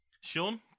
Sean